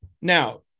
Now